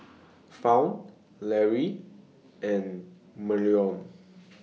Fount Lary and